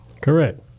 Correct